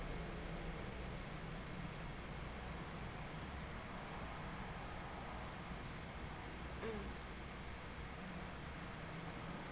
mm